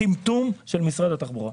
טמטום של משרד התחבורה.